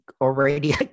already